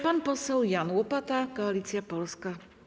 Pan poseł Jan Łopata, Koalicja Polska.